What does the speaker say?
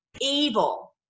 evil